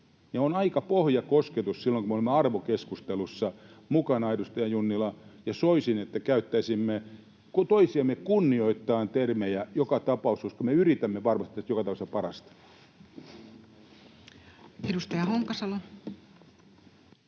on aika pohjakosketus silloin, kun olemme arvokeskustelussa mukana, edustaja Junnila, ja soisin, että käyttäisimme toisiamme kunnioittaen termejä, koska me yritämme varmasti tässä joka tapauksessa parastamme.